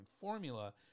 formula